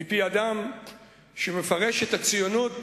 מפי אדם שמפרש את הציונות